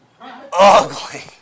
ugly